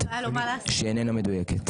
איננה מדויקת.